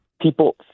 People